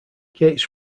gates